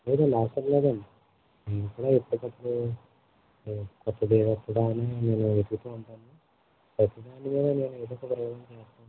లేదండి అవసరం లేదండి మేము కూడా ఎప్పడికప్పుడూ కొత్తది అని మేము వెతుకుతూ ఉంటాం ప్రతి దాని మీద మేము ఏదో ఒక